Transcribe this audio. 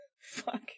Fuck